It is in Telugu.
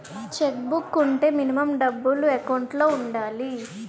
చెక్ బుక్ వుంటే మినిమం డబ్బులు ఎకౌంట్ లో ఉండాలి?